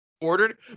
ordered